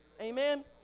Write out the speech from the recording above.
Amen